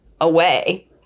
away